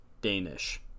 Danish